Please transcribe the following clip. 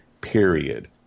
period